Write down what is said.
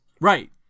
right